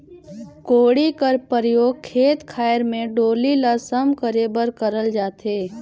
कोड़ी कर परियोग खेत खाएर मे डोली ल सम करे बर करल जाथे